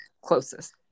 closest